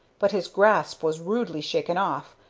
but his grasp was rudely shaken off,